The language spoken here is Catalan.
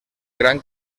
gran